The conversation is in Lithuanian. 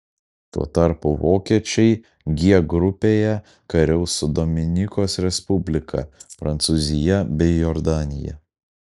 tuo tarpu vokiečiai g grupėje kariaus su dominikos respublika prancūzija bei jordanija